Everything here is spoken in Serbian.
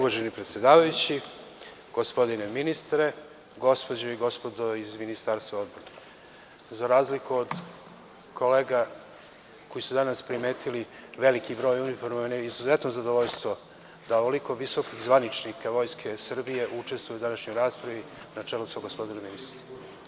Gospodine ministre, gospođo i gospodo iz Ministarstva odbrane, za razliku od kolega koji su danas primetili veliki broj uniformi, meni je izuzetno zadovoljstvo da ovoliko visokih zvaničnika Vojske Srbije učestvuje u današnjoj raspravi, na čelu sa gospodinom ministrom.